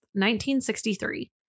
1963